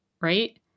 right